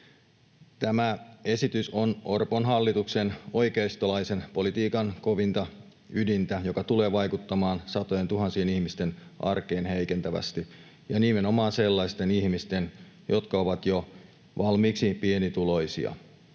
Tämä esitys on Orpon hallituksen oikeistolaisen politiikan kovinta ydintä, joka tulee vaikuttamaan satojentuhansien ihmisten arkeen heikentävästi — ja nimenomaan sellaisten ihmisten, jotka ovat jo valmiiksi pienituloisia.